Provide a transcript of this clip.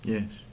Yes